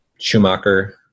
Schumacher